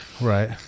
Right